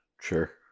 Sure